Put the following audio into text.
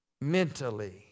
mentally